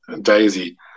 Daisy